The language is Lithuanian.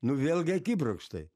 nu vėlgi akibrokštai